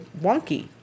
wonky